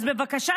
אז בבקשה,